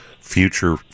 future